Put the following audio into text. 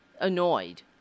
annoyed